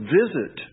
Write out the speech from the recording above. visit